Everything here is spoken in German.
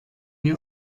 ihr